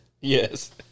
Yes